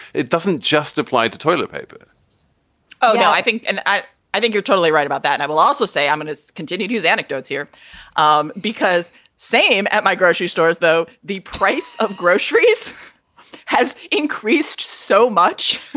it doesn't just apply to toilet paper oh, no, i think. and i i think you're totally right about that. and i will also say i'm and going to continue to use anecdotes here um because same at my grocery store as though the price of groceries has increased so much